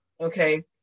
okay